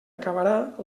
acabarà